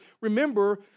remember